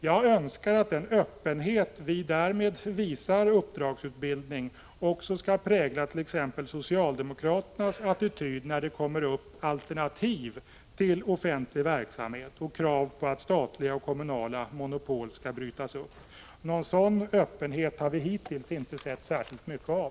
Jag önskar att en sådan öppenhet som vi därmed visar i fråga om uppdragsutbildningen också skall prägla t.ex. socialdemokraternas attityd när det läggs fram förslag om alternativ till offentlig verksamhet och krav på att statliga och kommunala monopol skall brytas. Någon sådan öppenhet har vi hittills inte sett särskilt mycket av.